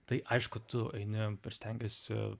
tai aišku tu eini ir stengiesi